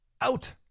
out